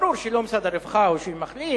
וברור שלא משרד הרווחה הוא שמחליט,